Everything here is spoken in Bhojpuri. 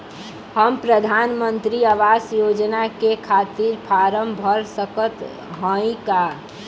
हम प्रधान मंत्री आवास योजना के खातिर फारम भर सकत हयी का?